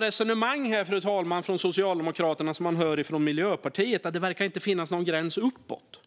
resonemang man hör från Socialdemokraterna är lite samma som det man hör från Miljöpartiet, fru talman. Det verkar inte finnas någon gräns uppåt.